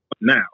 Now